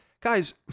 guys